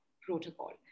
protocol